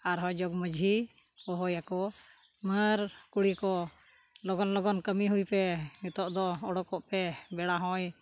ᱟᱨᱦᱚᱸ ᱡᱚᱜᱽ ᱢᱟᱺᱡᱷᱤ ᱦᱚᱦᱚᱭ ᱟᱠᱚ ᱢᱟᱹᱨ ᱠᱩᱲᱤ ᱠᱚ ᱞᱚᱜᱚᱱᱼᱞᱚᱜᱚᱱ ᱠᱟᱹᱢᱤ ᱦᱩᱭᱯᱮ ᱱᱤᱛᱳᱜ ᱫᱚ ᱩᱰᱩᱠᱚᱜ ᱯᱮ ᱵᱮᱲᱟ ᱦᱚᱸᱭ